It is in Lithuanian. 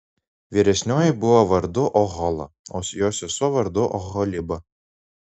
vyresnioji buvo vardu ohola o jos sesuo vardu oholiba